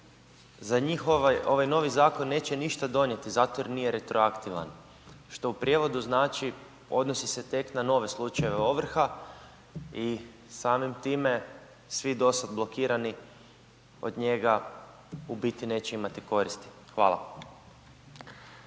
za njihov ovaj novi zakon neće ništa donijeti zato jer nije retroaktivan što u prijevodu znači odnosi se tek na nove slučajeve ovrha i samim time svi do sada blokirani od njega u biti neće imati koristi. Hvala.